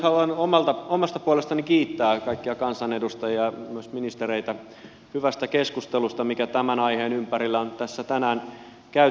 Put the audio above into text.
haluan omasta puolestani kiittää kaikkia kansanedustajia myös ministereitä hyvästä keskustelusta mikä tämän aiheen ympärillä on tässä tänään käyty